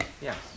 Yes